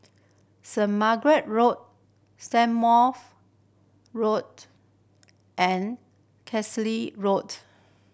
Saint Margaret Road Strathmore Road and Carlisle Road